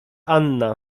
anna